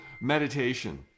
meditation